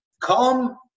come